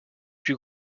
plus